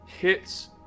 hits